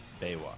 Baywatch